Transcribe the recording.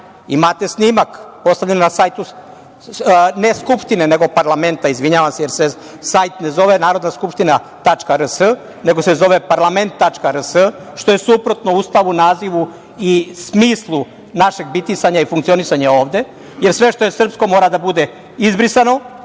imate snimak postavljen na sajtu parlamenta, ne Skupštine, jer se sajt ne zove „narodnaskupština.rs“, nego se zove „parlament.rs“, što je suprotno Ustavu, nazivu i smislu našeg bitisanja i funkcionisanja ovde, jer sve što je srpsko mora da bude izbrisano,